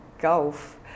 golf